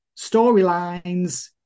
storylines